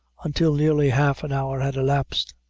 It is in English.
until nearly half an hour had elapsed,